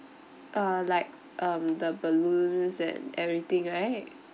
uh like um the balloons and everything right